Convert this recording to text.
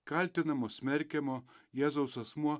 kaltinamo smerkiamo jėzaus asmuo